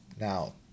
Now